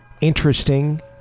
interesting